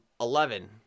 eleven